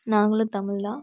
நாங்களும் தமிழ் தான்